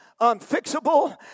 unfixable